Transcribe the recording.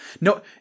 No